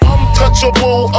Untouchable